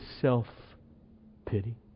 self-pity